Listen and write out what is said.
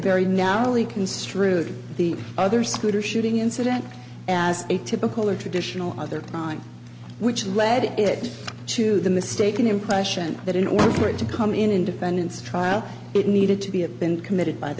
only construed the other scooters shooting incident as a typical or traditional other time which led it to the mistaken impression that in order for it to come in independence trial it needed to be a been committed by the